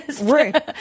Right